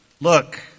Look